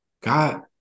God